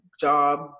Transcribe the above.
job